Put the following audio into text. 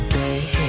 day